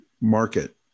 market